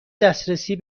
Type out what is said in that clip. دسترسی